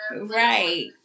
Right